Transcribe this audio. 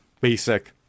basic